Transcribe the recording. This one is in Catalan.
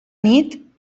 nit